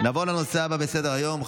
נעבור לנושא הבא על סדר-היום: